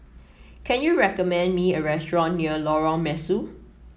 can you recommend me a restaurant near Lorong Mesu